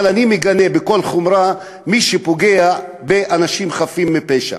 אבל אני מגנה בכל החומרה את מי שפוגע באנשים חפים מפשע.